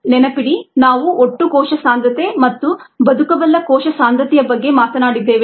ನೆನಪಿಡಿ ನಾವು ಒಟ್ಟು ಕೋಶ ಸಾಂದ್ರತೆ ಮತ್ತು ಬದುಕಬಲ್ಲ ಕೋಶ ಸಾಂದ್ರತೆಯ ಬಗ್ಗೆ ಮಾತನಾಡಿದ್ದೇವೆ